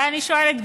ואני שואלת,